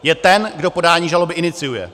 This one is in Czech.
Je ten, kdo podání žaloby iniciuje.